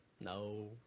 No